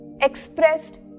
expressed